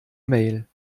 mail